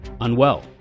Unwell